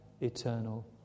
eternal